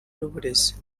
n’uburezi